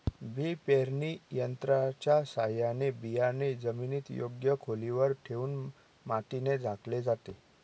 बी पेरणी यंत्राच्या साहाय्याने बियाणे जमिनीत योग्य खोलीवर ठेवून मातीने झाकले जाते